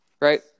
Right